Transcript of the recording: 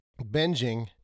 binging